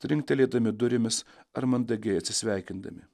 trinktelėdami durimis ar mandagiai atsisveikindami